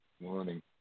Morning